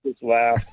Wow